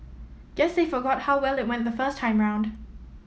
guess they forgot how well it went the first time round